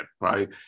right